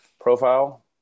profile